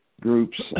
Groups